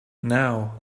now